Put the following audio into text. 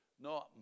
No